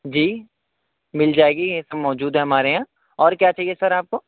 جی مل جائے گی یہ تو موجود ہے ہمارے یہاں اور کیا چاہیے سر آپ کو